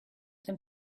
them